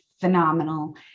phenomenal